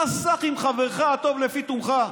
אתה סח עם חברך הטוב לפי תומך,